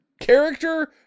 character